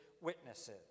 witnesses